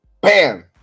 bam